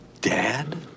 Dad